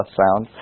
sound